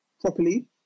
properly